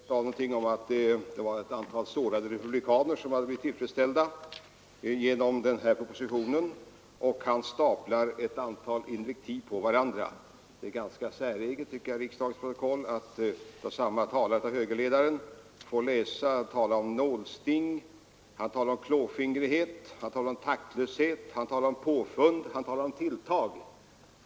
Fru talman! Endast några ord med anledning av herr Bohmans anförande. Herr Bohman sade att ett antal sårade republikaner hade blivit tillfredsställda genom denna proposition, och han staplade i sammanhanget ett stort antal invektiv på varandra. Det är ganska säreget att i riksdagens protokoll få läsa att högerledaren i anslutning till en proposition använt ord som nålsting, klåfingrighet, taktlöshet, påfund och tilltag.